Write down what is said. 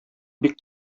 бик